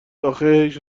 آخیش